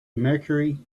mercury